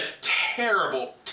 terrible